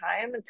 time